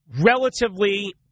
relatively